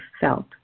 felt